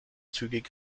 zügig